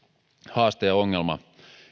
haaste ja ongelma